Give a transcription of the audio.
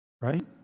right